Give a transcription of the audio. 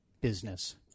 business